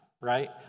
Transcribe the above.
Right